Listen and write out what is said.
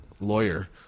lawyer